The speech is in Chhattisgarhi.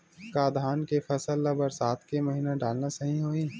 का धान के फसल ल बरसात के महिना डालना सही होही?